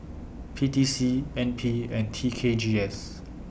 P T C N P and T K G S